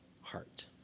heart